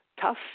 tough